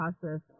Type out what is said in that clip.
process